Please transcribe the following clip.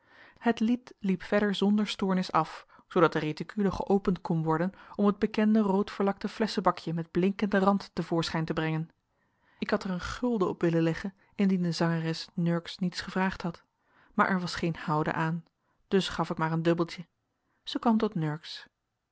het lied liep verder zonder stoornis af zoodat de reticule geopend kon worden om het bekende roodverlakte flesschebakje met blinkenden rand te voorschijn te brengen ik had er een gulden op willen leggen indien de zangeres nurks niets gevraagd had maar er was geen houden aan dus gaf ik maar een dubbeltje zij kwam tot nurks